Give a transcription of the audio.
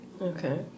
Okay